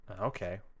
Okay